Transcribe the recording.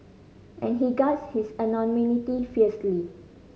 and he guards his anonymity fiercely